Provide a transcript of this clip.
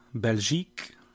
Belgique